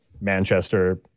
Manchester